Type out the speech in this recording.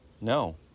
No